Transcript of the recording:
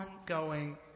ongoing